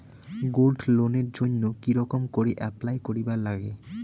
Gold লোনের জইন্যে কি রকম করি অ্যাপ্লাই করিবার লাগে?